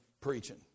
preaching